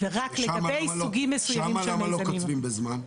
ורק לגבי סוגים מסוימים של מיזמים.